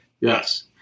Yes